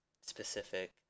specific